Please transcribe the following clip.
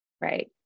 right